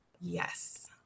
Yes